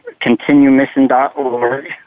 continuemission.org